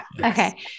okay